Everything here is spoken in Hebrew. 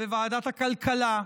ועדת הכלכלה,